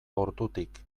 ordutik